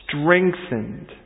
strengthened